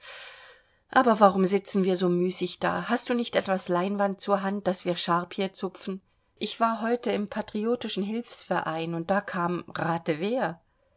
aber warum sitzen wir so müßig da hast du nicht etwas leinwand zur hand daß wir charpie zupfen ich war heute im patriotischen hilfsverein und da kam rate wer